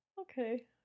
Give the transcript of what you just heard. Okay